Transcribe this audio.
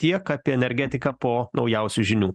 tiek apie energetiką po naujausių žinių